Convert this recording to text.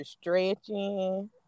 stretching